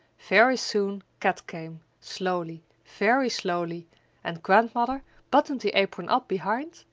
very soon kat came slowly very tslowly and grandmother buttoned the apron up behind,